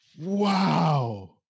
Wow